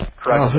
correct